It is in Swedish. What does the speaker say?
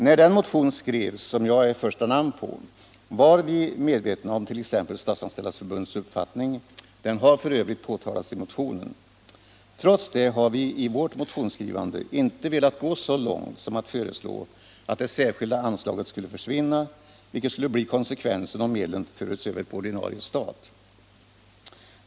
När den motion skrevs på vilken mitt namn står först var vi medvetna om t.ex. Statsanställdas förbunds uppfattning — den har f. ö. berörts i motionen. Trots detta har vi i vårt motionsskrivande inte velat gå så långt som till att föreslå att det särskilda anslaget skulle försvinna, vilket skulle bli konsekvensen om medlen fördes över på ordinarie stat.